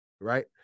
right